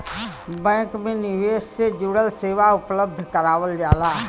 bank में निवेश से जुड़ल सेवा उपलब्ध करावल जाला